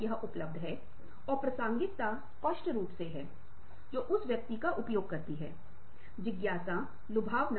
इन आदतों को विकसित करें और आप पाते हैं कि आप इस चीज़ में सक्षम हैं और यह आपको बहुत अधिक सार्थक बनाता है